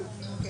ממש.